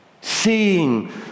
seeing